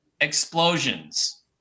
explosions